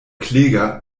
kläger